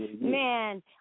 Man